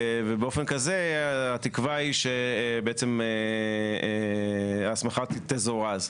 ובאופן כזה התקווה היא שבעצם ההסמכה תזורז.